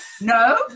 No